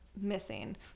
Missing